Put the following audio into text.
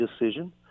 decision